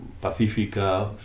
pacífica